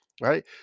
right